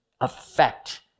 affect